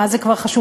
מה זה כבר חשוב?